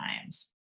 times